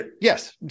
Yes